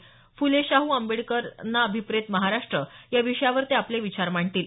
फुले शाहू आंबेडकरांना अभिप्रेत महाराष्ट्र या विषयावर ते आपले विचार मांडतील